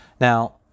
Now